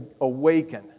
awaken